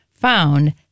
Found